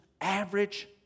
average